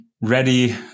ready